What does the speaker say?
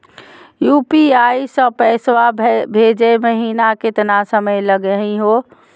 UPI स पैसवा भेजै महिना केतना समय लगही हो?